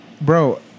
bro